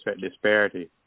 disparity